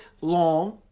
long